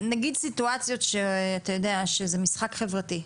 נגיד סיטואציות שזה משחק חברתי,